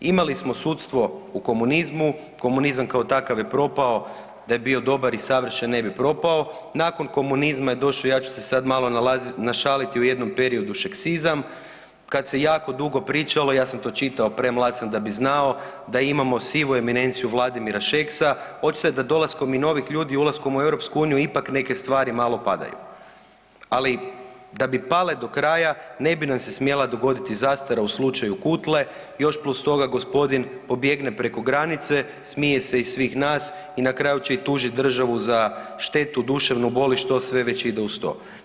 Imali smo sudstvo u komunizmu, komunizam kao takav je propao da je bio dobar i savršen ne bi propao, nakon komunizma je došao ja ću se sad malo našaliti u jednom periodu šeksizam, kad se jako dugo pričalo, ja sam to čitao premlad sam da bi znao da imamo sivu eminenciju Vladimira Šeksa, očito je da dolaskom i novih ljudi i ulaskom u EU ipak neke stvari malo padaju, ali da bi pale do kraja ne bi nam se smjela dogoditi zastara u slučaju Kutle još plus toga gospodin pobjegne preko granice, smije se iz svih nas i na kraju će i tužit državu za štetu, duševnu bol i što sve već ide uz to.